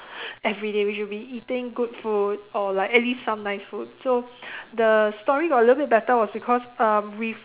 everyday we should be eating good food or like at least some nice food so the story got a little bit better was because err with